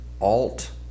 alt